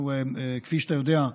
כפי שאתה יודע,